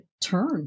turn